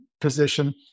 position